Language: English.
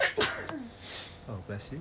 god bless you